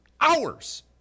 hours